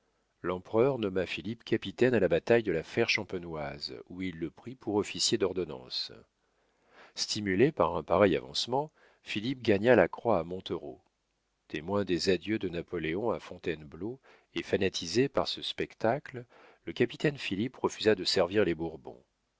l'empereur nomma philippe capitaine à la bataille de la fère champenoise où il le prit pour officier d'ordonnance stimulé par un pareil avancement philippe gagna la croix à montereau témoin des adieux de napoléon à fontainebleau et fanatisé par ce spectacle le capitaine philippe refusa de servir les bourbons